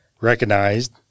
recognized